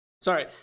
Sorry